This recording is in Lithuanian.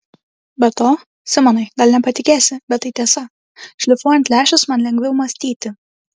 be to simonai gal nepatikėsi bet tai tiesa šlifuojant lęšius man lengviau mąstyti